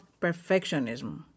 perfectionism